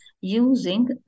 using